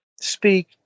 Speak